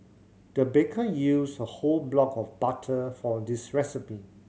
the baker used a whole block of butter for this recipe